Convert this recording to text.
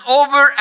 over